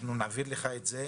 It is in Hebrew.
נעביר לך אותם.